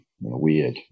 weird